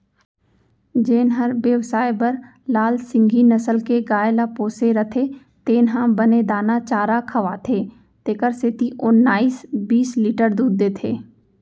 जेन हर बेवसाय बर लाल सिंघी नसल के गाय ल पोसे रथे तेन ह बने दाना चारा खवाथे तेकर सेती ओन्नाइस बीस लीटर दूद देथे